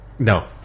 No